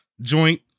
joint